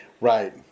right